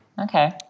Okay